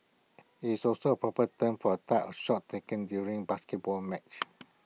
IT is also proper term for A type of shot taken during A basketball match